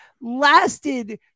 lasted